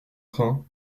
train